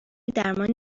درمان